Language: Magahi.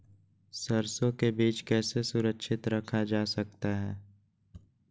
सरसो के बीज कैसे सुरक्षित रखा जा सकता है?